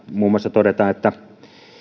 muun muassa todetaan että